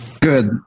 Good